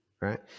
right